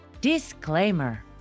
disclaimer